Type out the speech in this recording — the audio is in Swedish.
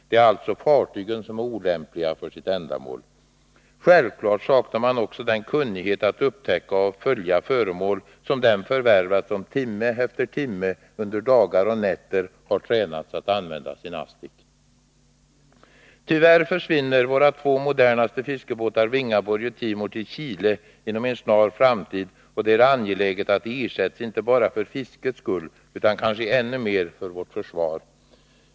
Det är alltså fartygen som är olämpliga för sitt ändamål. Självfallet saknar man också den kunnighet att upptäcka och följa föremål som den har förvärvat som timme efter timme under dagar och nätter tränats att använda sin asdic. Tyvärr försvinner våra modernaste fiskebåtar Vingaborg och Timor till Chile inom en snar framtid, och det är angeläget att de ersätts, inte bara för fiskets skull utan kanske ännu mer för vårt försvar.